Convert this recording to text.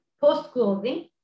post-closing